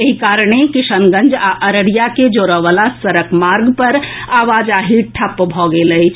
एहि कारणे किशनगंज आ अररिया के जोड़ए वला सड़क मार्ग पर आवाजाही ठप भऽ गेल अछि